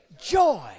joy